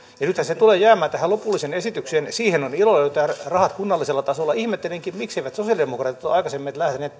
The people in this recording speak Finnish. nythän se tulee jäämään tähän lopulliseen esitykseen siihen on ilo löytää rahat kunnallisella tasolla ihmettelenkin miks eivät sosialidemokraatit ole aikaisemmin lähteneet